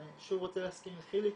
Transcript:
אני שוב רוצה להסכים עם חיליק,